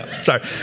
sorry